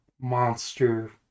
monster